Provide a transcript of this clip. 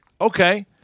okay